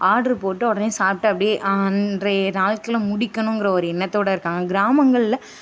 order போட்ட உடனே சாப்பிட்டு அப்படியே அன்றைய நாள்குள்ளே முடிக்கணுங்கிற ஒரு எண்ணத்தோடு இருக்காங்க கிராமங்களில்